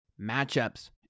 matchups